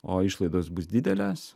o išlaidos bus didelės